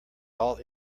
all